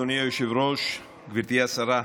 אדוני היושב-ראש, גברתי השרה,